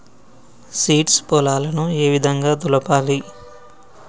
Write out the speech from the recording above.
Seeds పొలాలను ఏ విధంగా దులపాలి?